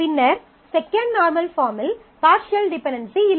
பின்னர் second normal பாஃர்ம்மில் partial dependency இல்லை